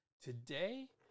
today